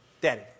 daddy